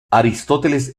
aristóteles